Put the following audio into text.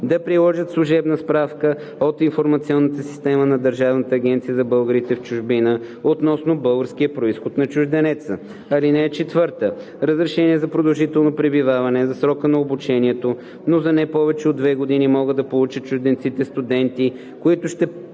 да приложат служебна справка от информационна система на Държавната агенция за българите в чужбина относно българския произход на чужденеца. (4) Разрешение за продължително пребиваване за срока на обучението, но за не повече от две години, могат да получат чужденците – студенти, които ще